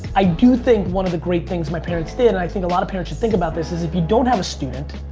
i do think one of the great things my parents did, and i think a lot of parents should think about this is if you don't have a student,